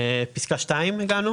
הגענו לפסקה (2).